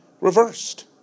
reversed